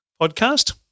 podcast